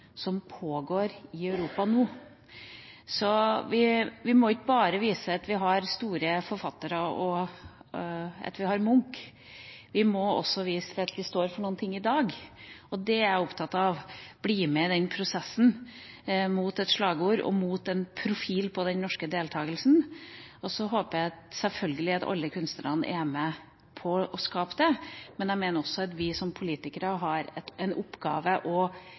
som pågår i Europa nå. Vi må ikke bare vise at vi har store forfattere, og at vi har Munch; vi må også vise at vi står for noe i dag, og det er jeg opptatt av blir med i prosessen for et slagord og en profil på den norske deltakelsen. Så håper jeg selvfølgelig at alle kunstnerne er med på å skape det, men vi som politikere har også en oppgave, nemlig å